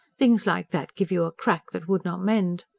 things like that gave you a crack that would not mend.